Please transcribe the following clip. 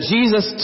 Jesus